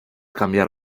cambiar